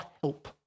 help